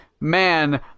man